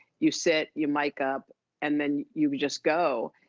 you sit, you mic up and then you just go.